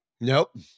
Nope